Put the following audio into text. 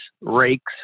rakes